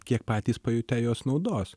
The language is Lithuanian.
kiek patys pajutę jos naudos